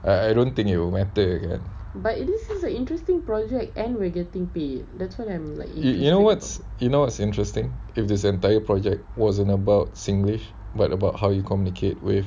I I don't think it will matter again you know what's interesting if this entire project wasn't about singlish but about how you communicate with